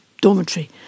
dormitory